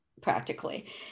practically